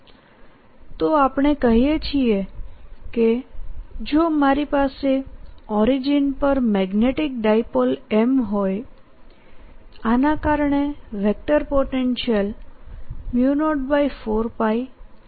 rr3 તો આપણે કહીએ છીએ કેજોમારી પાસે ઓરિજીન પર મેગ્નેટીક ડાયપોલ m હોયઆના કારણે વેક્ટર પોટેન્શિયલ04πmrr3 છે